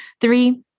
Three